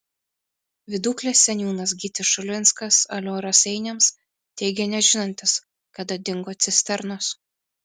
viduklės seniūnas gytis šulinskas alio raseiniams teigė nežinantis kada dingo cisternos